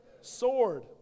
sword